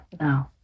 No